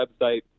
website